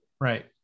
Right